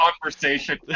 conversation